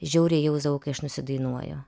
žiauriai jausdavau kai aš nusidainuoju